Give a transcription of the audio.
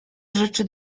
rzeczy